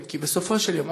כי בסופו של יום,